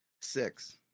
Six